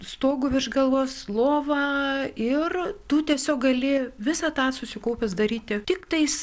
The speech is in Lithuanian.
stogu virš galvos lova ir tu tiesiog gali visą tą susikaupęs daryti tiktais